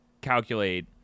calculate